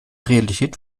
realität